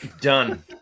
Done